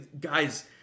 guys